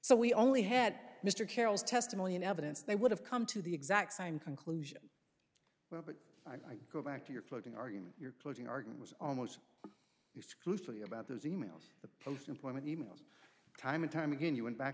so we only had mr carroll's testimony and evidence they would have come to the exact same conclusion well but i go back to your closing argument your closing argument was almost exclusively about those e mails the post employment emails time and time again you went back